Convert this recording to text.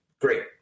great